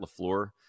LaFleur